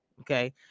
Okay